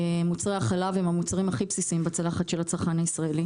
מוצרי החלב הם המוצרים הכי בסיסיים בצלחת של הצרכן הישראלי.